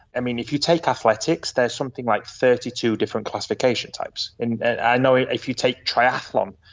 i mean if you take athletics, there's something like thirty two different classification types. and i know if if you take triathlon,